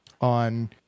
on